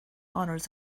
honours